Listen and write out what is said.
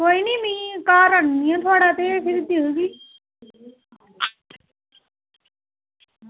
नेईं मिगी घर आह्नियै ते थुआढ़ा दिक्खगी